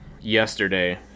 yesterday